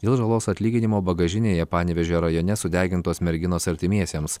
dėl žalos atlyginimo bagažinėje panevėžio rajone sudegintos merginos artimiesiems